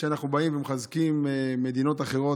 כשאנחנו באים ומחזקים מדינות אחרות,